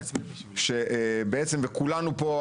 וכולנו פה,